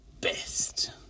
best